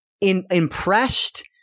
impressed